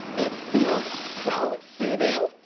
it feels so soothing.